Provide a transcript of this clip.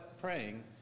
praying